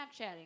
Snapchatting